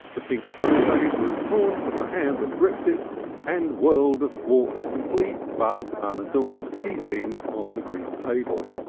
the pink sunshade was torn from the hand that gripped it and whirled athwart the complete, but unadorned, tea things on the green table.